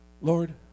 Lord